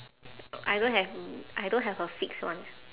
I don't have I don't have a fixed one